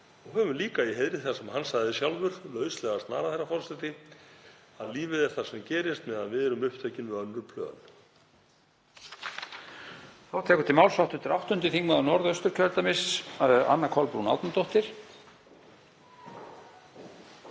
Höfum líka í heiðri það sem hann sagði sjálfur, lauslega snarað, herra forseti: Lífið er það sem gerist meðan við erum upptekin við önnur plön.